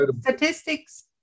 statistics